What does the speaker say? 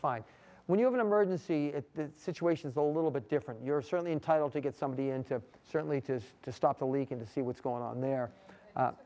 fine when you have an emergency situation is a little bit different you're certainly entitled to get somebody in to certainly to to stop the leak and to see what's going on there